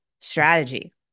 strategy